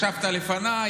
ישבת לפניי,